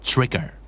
Trigger